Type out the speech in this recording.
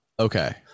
Okay